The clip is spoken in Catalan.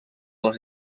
les